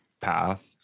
path